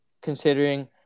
considering